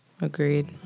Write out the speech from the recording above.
Agreed